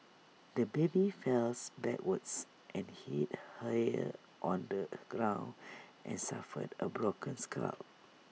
the baby fells backwards and hit hear on the ground and suffered A broken skull